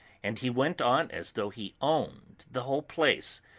and he went on as though he owned the whole place,